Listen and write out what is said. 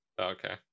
okay